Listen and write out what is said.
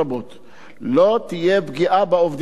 ואכן, אני מודה לך, אדוני, על כך.